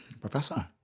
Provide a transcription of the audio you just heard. Professor